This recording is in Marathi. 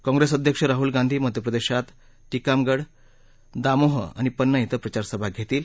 काँग्रेस अध्यक्ष राहूल गांधी मध्यप्रदेशात टिकामगड दामोह आणि पन्ना श्वे प्रचारसभा घेतील